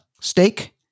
steak